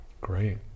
Great